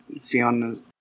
Fiona's